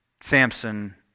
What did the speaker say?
Samson